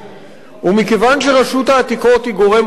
ומכיוון שרשות העתיקות היא גורם חשוב,